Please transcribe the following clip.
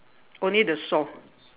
only the saw